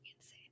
insane